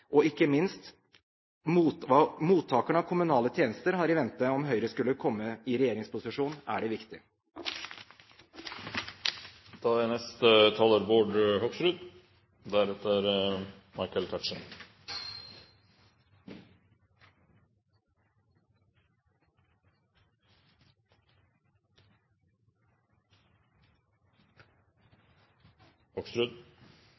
og ikke minst hva mottakerne av kommunale tjenester har i vente – om Høyre skulle komme i regjeringsposisjon, er det viktig.